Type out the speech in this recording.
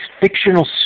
fictional